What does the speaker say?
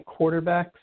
quarterbacks